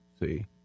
See